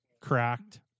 cracked